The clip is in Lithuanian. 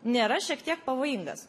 nėra šiek tiek pavojingas